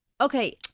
okay